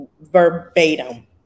verbatim